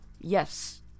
Yes